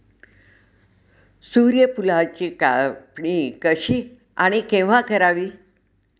सूर्यफुलाची कापणी कशी आणि केव्हा करावी?